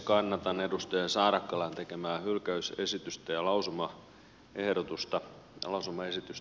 kannatan edustaja saarakkalan tekemää hylkäysesitystä ja lausumaesitystä